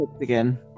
again